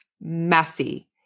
messy